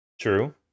True